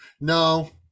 No